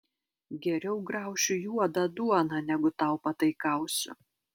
geriau graušiu juodą duoną negu tau pataikausiu